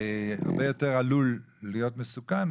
הרבה יותר עלול להיות מסוכן,